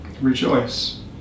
rejoice